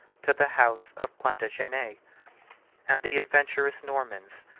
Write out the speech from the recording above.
to the house of plantagenet and the adventurous normans,